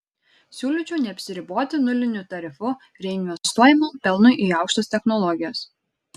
siūlyčiau neapsiriboti nuliniu tarifu reinvestuojamam pelnui į aukštas technologijas